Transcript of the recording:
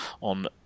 on